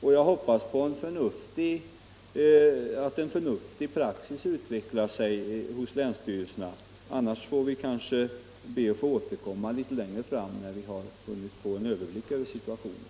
Jag hoppas på att en förnuftig praxis utvecklar sig hos länsstyrelserna. Annars får vi kanske be att få återkomma litet längre fram när vi hunnit få en överblick över situationen.